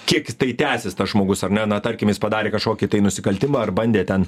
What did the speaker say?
kiek tai tęsis tas žmogus ar ne na tarkim jis padarė kažkokį tai nusikaltimą ar bandė ten